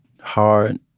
hard